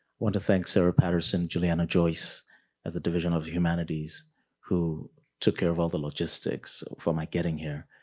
want to thank sara patterson, julianna joyce of the division of humanities who took care of all the logistics for my getting here,